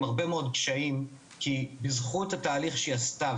הרבה מאוד קשיים בזכות התהליך שהיא עשתה.